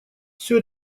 всё